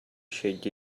scegli